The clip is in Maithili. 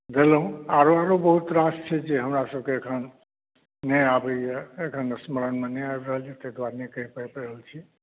देलहुँ आओरो आओरो बहुत रास छै जे हमरासभकेँ अखन नहि आबैया अखन स्मरणमे नहि आबि रहल यऽ ताहि दुआरे नहि कहि पाबि रहल छी